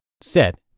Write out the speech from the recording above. set